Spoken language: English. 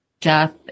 death